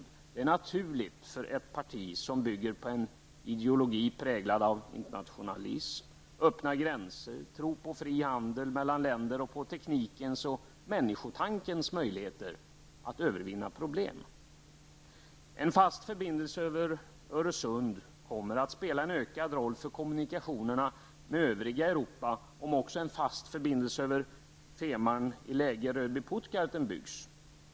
Det är naturligt för ett parti som bygger på en ideologi präglad av internationalism, öppna gränser, tro på fri handel mellan länder och på teknikens och människotankens möjligheter att övervinna problem. En fast förbindelse över Öresund kommer att spela en ökad roll för kommunikationerna med det övriga Europa, om också en fast förbindelse över Fehmarn i läget R dby--Puttgarden byggs.